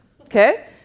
Okay